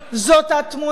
זאת התמונה,